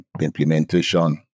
implementation